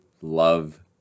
love